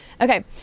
Okay